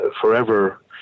forever